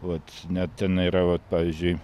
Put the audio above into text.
vat net ten yra vat pavyzdžiui